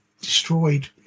destroyed